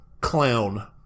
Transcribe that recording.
clown